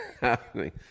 happening